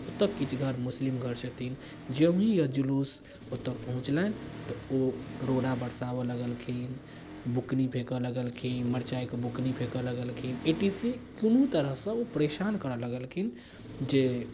ओतऽ किछु घर मुसलिम घर छथिन जौँहि जुलूस ओतऽ पहुँचलनि तऽ ओ रोड़ा बरसाबऽ लगलखिन बुकनी फेकऽ लगलखिन मिरचाइके बुकनी फेकऽ लगलखिन एतेक से कोनो तरहसँ ओ परेशान करऽ लगलखिन जे